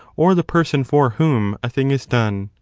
or the person for whom, a thing is done.